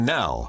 now